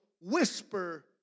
whisper